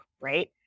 right